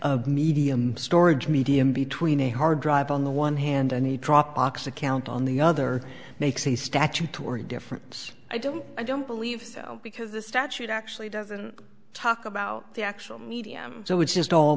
of medium storage medium between a hard drive on the one hand and a drop box account on the other makes a statutory difference i don't i don't believe so because the statute actually doesn't talk about the actual media so it's just all